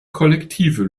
kollektive